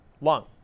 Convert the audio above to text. lung